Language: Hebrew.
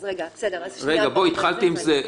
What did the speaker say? אז בואי, התחלת עם זה.